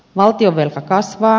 valtionvelka kasvaa